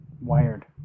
wired